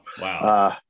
wow